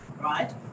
right